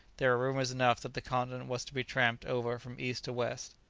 there were rumours enough that the continent was to be tramped over from east to west.